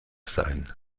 sein